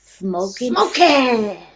smoking